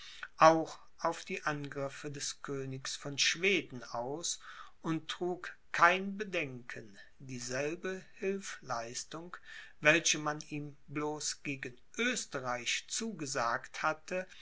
auch auf die angriffe des königs von schweden aus und trug kein bedenken dieselbe hilfleistung welche man ihm bloß gegen oesterreich zugesagt hatte